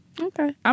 Okay